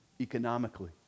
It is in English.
economically